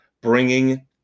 bringing